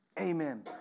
Amen